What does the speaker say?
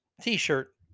T-shirt